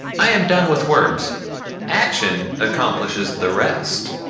i am done with words action accomplishes the rest.